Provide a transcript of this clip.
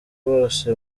bose